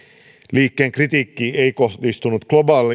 liikkeen kritiikki ei kohdistunut